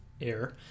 air